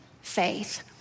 faith